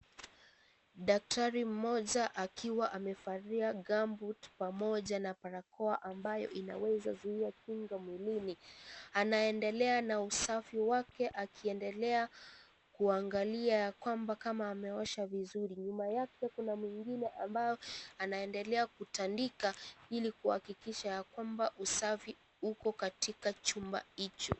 Daktari mmoja akiwa amevalia gumboot , pamoja na balakoa ambayo inaweza zuia kinga mwilini. Anaendelea na usafi wake, akiendelea kuangalia ya kwamba kama ameosha vizuri. Nyuma yake, kuna mwingine ambaye anaendelea kutandika, ili kuhakikisha ya kwamba usafi uko katika chumba hicho.